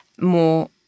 more